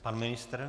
Pan ministr?